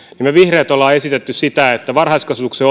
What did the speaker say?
me vihreät olemme esittäneet sitä että varhaiskasvatuksen